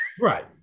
Right